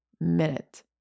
minute